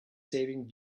saving